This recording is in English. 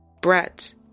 Brett